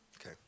okay